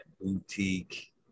boutique